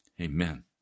Amen